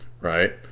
right